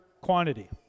quantity